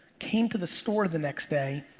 came to the store the next day,